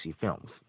films